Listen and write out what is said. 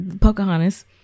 Pocahontas